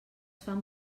fan